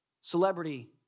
celebrity